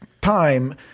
time